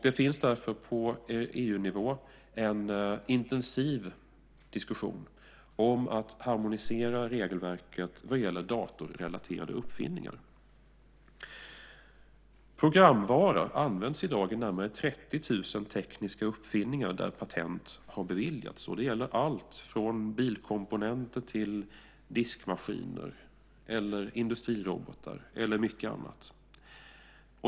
Det pågår därför på EU-nivå en intensiv diskussion om att harmonisera regelverket vad gäller datorrelaterade uppfinningar. Programvara används i dag i närmare 30 000 tekniska uppfinningar där patent har beviljats. Det gäller alltifrån bilkomponenter till diskmaskiner, industrirobotar och mycket annat.